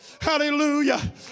hallelujah